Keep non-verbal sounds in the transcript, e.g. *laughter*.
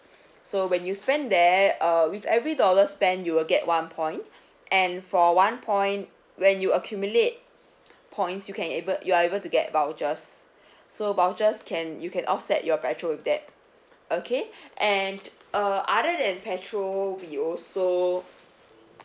*breath* so when you spend there uh with every dollar spent you will get one point *breath* and for one point when you accumulate *breath* points you can able you are able to get vouchers *breath* so vouchers can you can offset your petrol with that okay *breath* and uh other than petrol we also